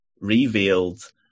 revealed